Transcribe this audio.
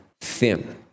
thin